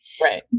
Right